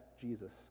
Jesus